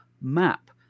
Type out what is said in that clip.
map